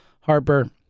Harper